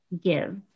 give